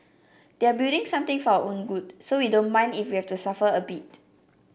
they're building something for our own good so we don't mind if we have to suffer a bit